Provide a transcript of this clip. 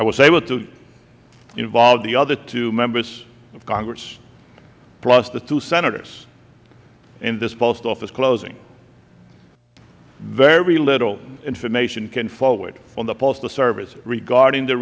was able to involve the other two members of congress plus the two senators in this post office closing very little information came forward from the postal service regarding the